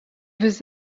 was